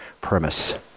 premise